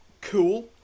Cool